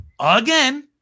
again